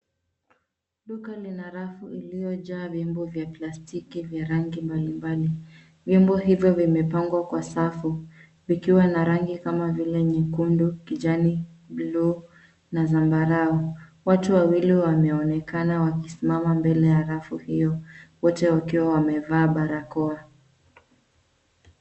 Duka lina rafu iliyojaa vyombo vya plastiki vya rangi mbali mbali. Vyombo hivyo vimepangwa kwa safu, vikiwa na rangi kama vile nyekundu, kijani, bluu, na zambarau. Watu wawili wameonekana wakisimama mbele ya rafu hiyo, wote wakiwa wamevaa barakoa.